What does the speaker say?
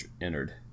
entered